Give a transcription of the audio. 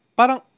parang